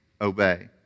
obey